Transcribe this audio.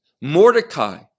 Mordecai